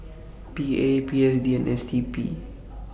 P A P S D and S D P